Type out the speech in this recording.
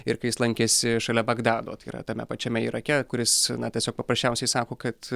ir kai jis lankėsi šalia bagdado tai yra tame pačiame irake kuris na tiesiog paprasčiausiai sako kad